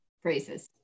phrases